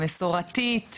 המסורתית,